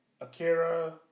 Akira